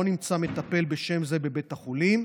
ולא נמצא מטפל בשם זה בבית החולים,